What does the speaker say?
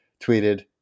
tweeted